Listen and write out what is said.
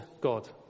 God